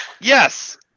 yes